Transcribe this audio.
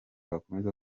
bakomeza